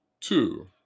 Two